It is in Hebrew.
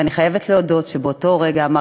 ואני חייבת להודות שבאותו הרגע הוא אמר